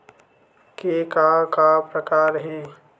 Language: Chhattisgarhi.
के का का प्रकार हे?